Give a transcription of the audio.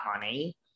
money